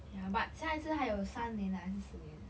ya but 下一次还有三年啊还是四年